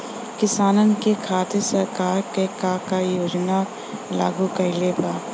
किसानन के खातिर सरकार का का योजना लागू कईले बा?